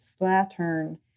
slattern